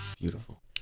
beautiful